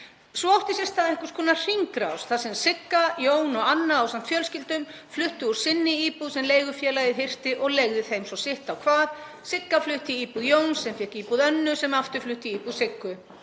Svo átti sér stað einhvers konar hringrás þar sem Sigga, Jón og Anna ásamt fjölskyldum fluttu úr sinni íbúð sem leigufélagið hirti og leigði þeim svo sitt á hvað; Sigga flutti í íbúð Jóns, sem fékk íbúð Önnu sem aftur flutti í íbúð Siggu.